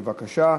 בבקשה.